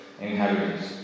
inhabitants